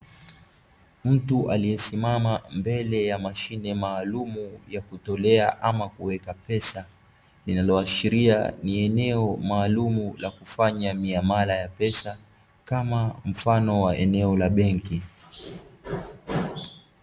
Mtu aliyesimama mbele ya mashine maalumu ya kutolea ama kuweka pesa, linaloashiria ni eneo maalumu la kufanya miamala ya pesa, kama mfano wa eneo la benki.